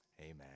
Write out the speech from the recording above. Amen